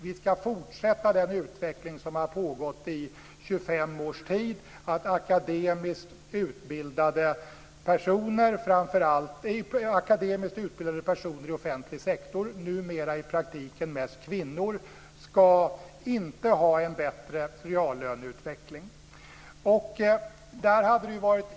Vi ska fortsätta den utveckling som pågått i 25 års tid - att akademiskt utbildade personer i offentlig sektor, numera i praktiken mest kvinnor, inte ska ha en bättre reallöneutveckling.